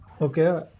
Okay